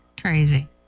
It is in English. Crazy